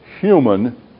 human